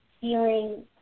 feeling